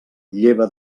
lleva